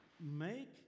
make